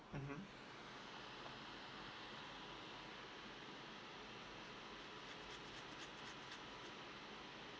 mmhmm